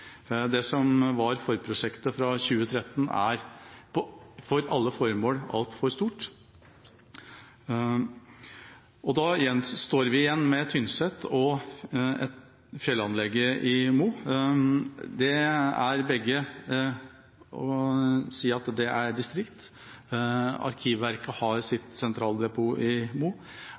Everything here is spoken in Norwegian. Det som var forprosjektet fra 2013, er for alle formål altfor stort. Da står vi igjen med Tynset og fjellanlegget i Mo. I begge tilfellene er det snakk om et distrikt. Arkivverket har sitt sentraldepot i Mo.